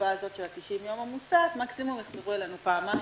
שבתקופה של 90 הימים המוצעת מקסימום יחזרו אלינו לכנסת פעמיים,